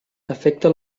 afecta